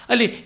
Ali